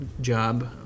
job